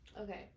Okay